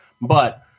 But-